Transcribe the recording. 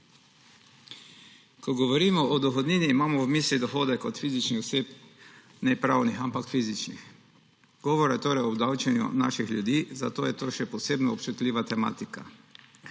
Ko govorimo o dohodnini, imamo v mislih dohodek od fizičnih oseb; ne pravnih, ampak fizičnih. Govora je torej o obdavčenju naših ljudi, zato je to še posebno občutljiva tematika.